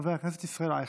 חבר הכנסת ישראל אייכלר,